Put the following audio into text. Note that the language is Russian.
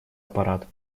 аппарат